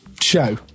show